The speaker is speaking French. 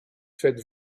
faites